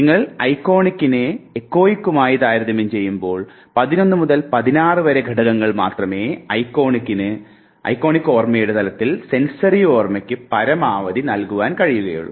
നിങ്ങൾ ഐക്കോണിക്കിനെ എക്കോയിക്കുമായി താരതമ്യം ചെയ്യുമ്പോൾ 11 മുതൽ 16 വരെ ഘടകങ്ങൾ മാത്രമേ ഐക്കോണിക്ക് ഓർമ്മയുടെ തലത്തിൽ സെൻസറി ഓർമ്മയ്ക്ക് പരമാവധി നൽകുവാൻ കഴിയുകയുള്ളൂ